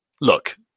look